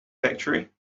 factory